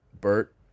Bert